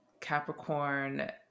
capricorn